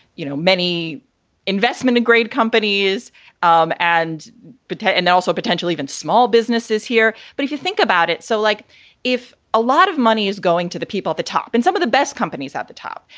you know, many investment grade companies um and but and also potentially even small businesses here. but if you think about it. so like if a lot of money is going to the people at the top and some of the best companies at the top,